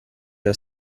are